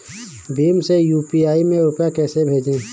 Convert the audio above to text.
भीम से यू.पी.आई में रूपए कैसे भेजें?